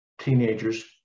teenagers